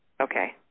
Okay